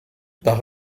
par